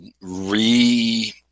re